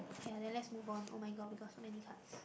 okay ya then lets move on oh-my-god we got so many cards